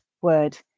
word